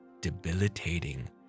debilitating